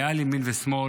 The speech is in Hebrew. מעל לימין ושמאל,